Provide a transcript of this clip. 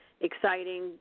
exciting